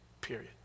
period